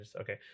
Okay